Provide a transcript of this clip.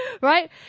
right